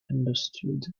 understood